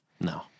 No